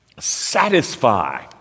satisfy